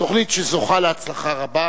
תוכנית שזוכה להצלחה רבה,